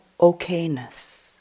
okayness